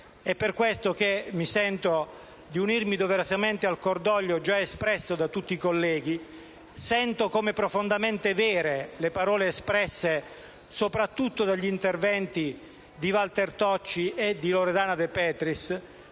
È per questo che mi sento di unirmi doverosamente al cordoglio già espresso da tutti i colleghi. Sento come profondamente vere le parole espresse soprattutto dagli interventi dei colleghi Walter Tocci e Loredana De Petris,